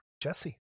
Jesse